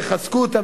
תחזקו אותן.